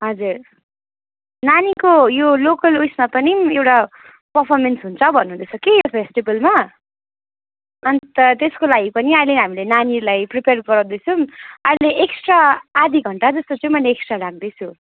हजुर नानीको यो लोकल उइसमा पनि एउटा पर्फमेन्स हुन्छ भन्नुहुँदैछ कि फेस्टिबलमा अन्त त्यसको लागि पनि अहिले हामीले नानीलाई प्रिपेयर गराउँदैछौँ अहिले एक्सट्रा आधा घन्टा जस्तो चाहिँ मैले एक्सट्रा राख्दैछु